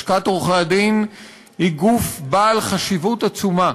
לשכת עורכי-הדין היא גוף בעל חשיבות עצומה.